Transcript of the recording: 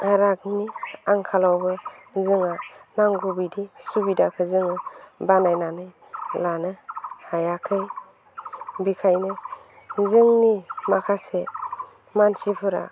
रांनि आंखालावबो जोङो नांगौबायदि सुबिदाखौ जोङो बानायनानै लानो हायाखै बेनिखायनो जोंनि माखासे मानसिफोरा